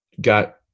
got